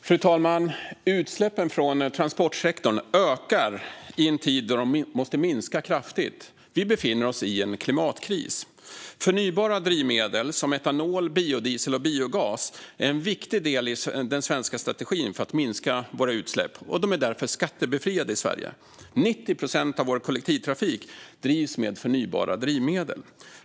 Fru talman! Utsläppen från transportsektorn ökar i en tid då de måste minska kraftigt. Vi befinner oss i en klimatkris. Förnybara drivmedel som etanol, biodiesel och biogas är en viktig del i den svenska strategin för att minska våra utsläpp, och de är därför skattebefriade i Sverige. Vår kollektivtrafik drivs till 90 procent med förnybara drivmedel.